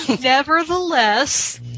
Nevertheless